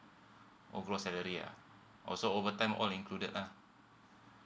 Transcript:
oh gross salary ah also overtime all included lah